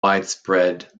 widespread